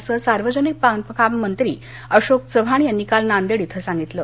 असं सार्वजनिक बांधकाम मंत्री अशोक चव्हाण यांनी काल नांदेड इथ सांगितलं